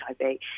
HIV